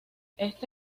este